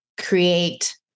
create